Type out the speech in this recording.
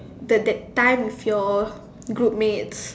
the that time with your group mates